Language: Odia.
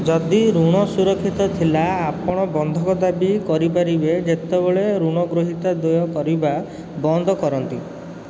ଯଦି ଋଣ ସୁରକ୍ଷିତ ଥିଲା ଆପଣ ବନ୍ଧକ ଦାବି କରିପାରିବେ ଯେତେବେଳେ ଋଣଗ୍ରହୀତା ଦେୟ କରିବା ବନ୍ଦ କରନ୍ତି